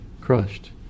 Crushed